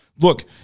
look